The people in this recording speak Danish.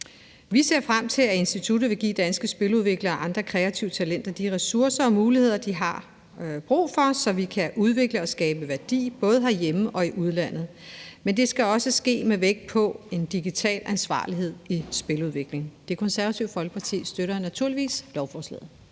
Vi ser frem til, at instituttet vil give danske spiludviklere og andre kreative talenter de ressourcer og muligheder, de har brug for, så vi kan udvikle og skabe værdi, både herhjemme og i udlandet. Men det skal også ske med vægt på digital ansvarlighed i spiludviklingen. Det Konservative Folkeparti støtter naturligvis lovforslaget.